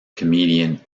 comedian